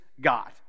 God